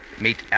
Meet